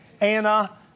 Anna